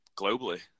globally